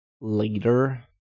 later